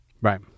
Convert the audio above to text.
right